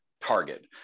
target